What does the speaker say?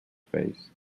face